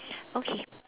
okay